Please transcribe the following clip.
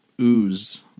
ooze